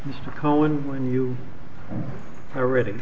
used to call in when you already